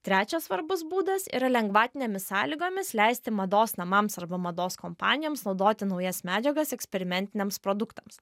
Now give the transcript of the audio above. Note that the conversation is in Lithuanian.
trečias svarbus būdas yra lengvatinėmis sąlygomis leisti mados namams arba mados kompanijoms naudoti naujas medžiagas eksperimentiniams produktams